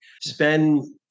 Spend